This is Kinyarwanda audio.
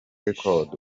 record